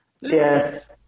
Yes